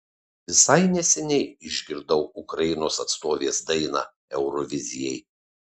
visai neseniai išgirdau ukrainos atstovės dainą eurovizijai